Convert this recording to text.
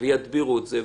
וידבירו את זה,